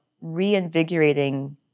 reinvigorating